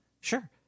Sure